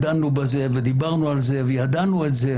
דנו בזה, דיברנו על זה וידענו את זה